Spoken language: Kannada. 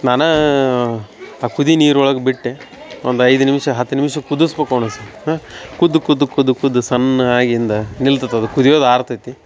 ನಾನಾ ಆ ಕುದಿ ನೀರೊಳಗ ಬಿಟ್ಟೆ ಒಂದು ಐದು ನಿಮಿಷ ಹತ್ತು ನಿಮಿಷ ಕುದಸ್ಬೇಕು ಅವನ ಸಾ ಹಾಂ ಕುದ್ದು ಕುದ್ದು ಕುದ್ದು ಕುದ್ದು ಸಣ್ಣ್ ಆಗಿಂದ ನಿಲ್ತತದು ಕುದಿಯೋದು ಆರ್ತೆತಿ